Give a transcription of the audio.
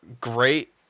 great